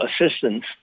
assistance